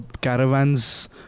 Caravan's